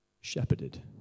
shepherded